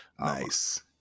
Nice